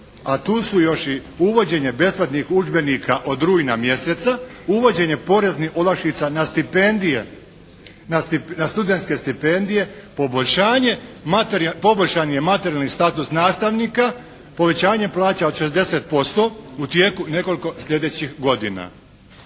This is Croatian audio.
a tu su još i uvođenje besplatnih udžbenika od rujna mjeseca, uvođenje poreznih olakšica na studentske stipendije poboljšan je materijalni status nastavnika, povećanje plaća od 60% u tijeku nekoliko slijedećih godina.